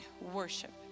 worship